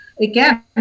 again